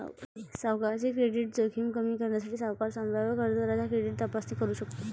सावकाराची क्रेडिट जोखीम कमी करण्यासाठी, सावकार संभाव्य कर्जदाराची क्रेडिट तपासणी करू शकतो